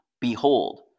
Behold